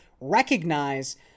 recognize